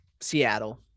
Seattle